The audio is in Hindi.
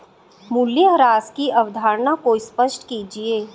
मूल्यह्रास की अवधारणा को स्पष्ट कीजिए